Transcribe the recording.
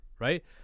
Right